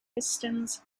pistons